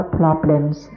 problems